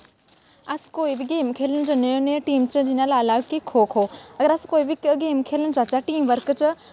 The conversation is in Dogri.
अस कोई बी गेम खेढन जन्ने होन्ने टीम च जि'यां लाई लैओ कि खो खो अगर अस कोई बी गेम खेढन जाह्चै टीम वर्क च